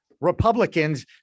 Republicans